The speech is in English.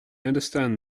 understand